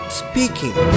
speaking